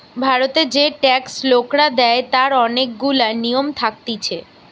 ভারতের যে ট্যাক্স লোকরা দেয় তার অনেক গুলা নিয়ম থাকতিছে